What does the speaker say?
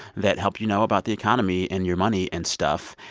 that help you know about the economy and your money and stuff.